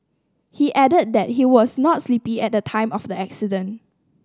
he added that he was not sleepy at the time of the accident